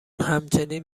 همچنین